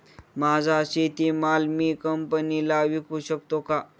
माझा शेतीमाल मी कंपनीला विकू शकतो का?